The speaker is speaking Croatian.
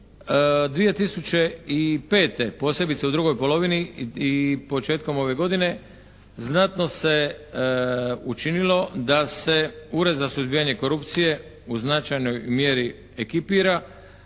2005. posebice u drugoj polovini i početkom ove godine znatno se učinilo da se Ured za suzbijanje korupcije u značajnoj mjeri ekipira